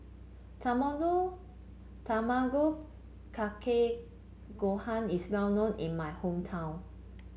tamago Tamago Kake Gohan is well known in my hometown